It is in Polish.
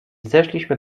zeszliśmy